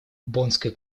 боннской